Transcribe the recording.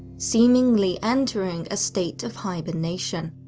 seemingly entering a state of hibernation.